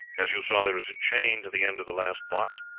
as you saw, there is a chain to the end of the last box,